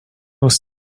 aus